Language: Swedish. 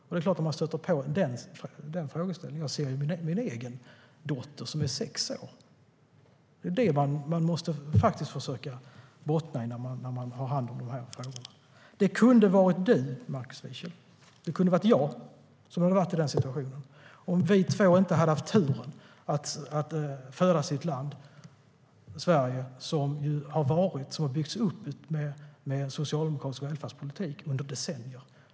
Den här frågeställningen får mig att tänka på min egen dotter som är sex år. Det är detta man faktiskt måste försöka bottna i när man har hand om de här frågorna. Det kunde ha varit du, Markus Wiechel, eller jag som var i den situationen, om vi inte hade haft turen att födas i Sverige, som ju har byggts upp med en socialdemokratisk välfärdspolitik under decennier.